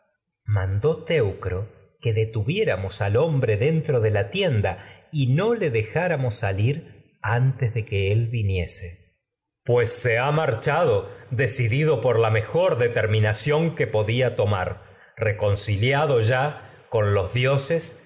mandó la teucro y que detuviéramos al dejáramos sain dentro de tienda no le antes de que él viniese se coro pues ha marchado decidido por la mejor determinación que dioses y podía tomar reconciliado ya con los